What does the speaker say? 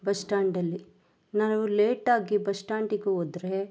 bus ಸ್ಟ್ಯಾಂಡಲ್ಲಿ ನಾವು ಲೇಟಾಗಿ ಬಸ್ ಸ್ಟ್ಯಾಂಡಿಗೆ ಹೋದ್ರೆ